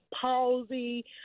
palsy